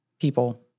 people